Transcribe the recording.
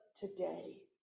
today